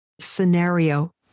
Scenario